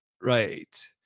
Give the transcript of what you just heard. Right